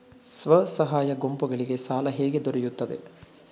ಸ್ವಸಹಾಯ ಗುಂಪುಗಳಿಗೆ ಸಾಲ ಹೇಗೆ ದೊರೆಯುತ್ತದೆ?